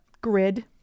grid